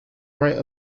write